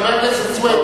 חבר הכנסת סוייד,